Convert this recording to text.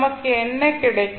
நமக்கு என்ன கிடைக்கும்